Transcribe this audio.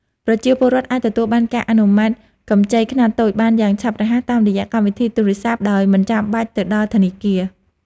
ប្រជាពលរដ្ឋអាចទទួលបានការអនុម័តកម្ចីខ្នាតតូចបានយ៉ាងឆាប់រហ័សតាមរយៈកម្មវិធីទូរស័ព្ទដោយមិនចាំបាច់ទៅដល់ធនាគារ។